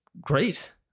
great